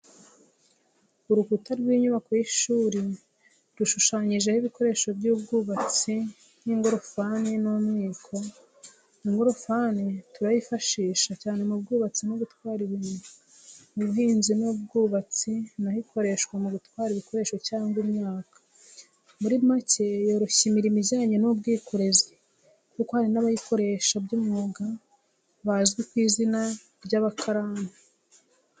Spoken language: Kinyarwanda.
Urukuta rw'inyubako y'ishuri rushushanyijeho ibikoresho by'ubwubatsi nk'ingorofani n'umwiko. Ingorofani turayifashisha, cyane mu bwubatsi no gutwara ibintu. Mu buhinzi n’ubwubatsi naho ikoreshwa mu gutwara ibikoresho cyangwa imyaka. Muri macye yoroshya imirimo ijyanye n’ubwikorezi kuko hari n’abayikoresha by’umwuga bazwi ku izina ry’abakarani.